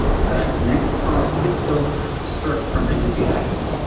that next hop is still served from entity x.